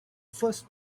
first